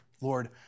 Lord